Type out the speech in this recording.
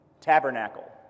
tabernacle